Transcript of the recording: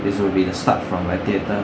this will be the start from my theatre